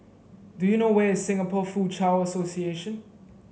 do you know where is Singapore Foochow Association